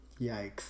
Yikes